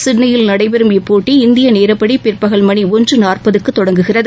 சிட்னியில் நடைபெறும் இப்போட்டி இந்திய நேரப்படி பிற்பகல் மணி ஒன்று நாற்பதுக்கு தொடங்குகிறது